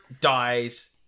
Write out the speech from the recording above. dies